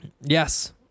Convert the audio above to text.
Yes